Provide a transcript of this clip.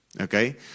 Okay